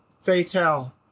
Fatal